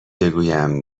بگویم